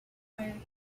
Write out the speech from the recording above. quickly